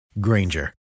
Granger